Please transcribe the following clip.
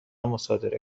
مصادره